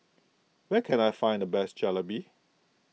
where can I find the best Jalebi